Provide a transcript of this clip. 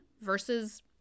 versus